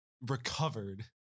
recovered